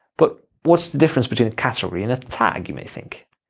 but what's the difference between a category and a tag, you may think.